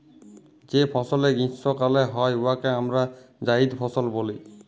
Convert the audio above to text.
যে ফসলে গীষ্মকালে হ্যয় উয়াকে আমরা জাইদ ফসল ব্যলি